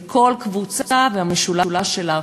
כל קבוצה והמשולש שלה.